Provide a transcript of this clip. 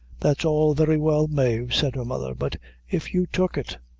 that's all very well mave, said her mother but if you took it,